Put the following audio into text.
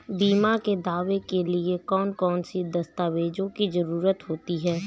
बीमा के दावे के लिए कौन कौन सी दस्तावेजों की जरूरत होती है?